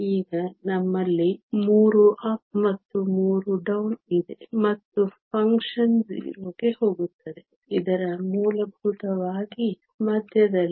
ಈಗ ನಮ್ಮಲ್ಲಿ 3 ಅಪ್ ಮತ್ತು 3 ಡೌನ್ ಇದೆ ಮತ್ತು ಫಂಕ್ಷನ್ 0 ಗೆ ಹೋಗುತ್ತದೆ ಇದರ ಮೂಲಭೂತವಾಗಿ ಮಧ್ಯದಲ್ಲಿ